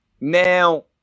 Now